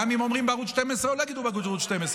גם אם אומרים בערוץ 12 או לא יגידו בערוץ 12,